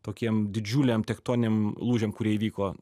tokiem didžiuliam tektoniniam lūžiam kurie įvyko